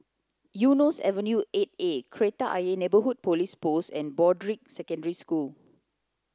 Eunos Avenue eight A Kreta Ayer Neighbourhood Police Post and Broadrick Secondary School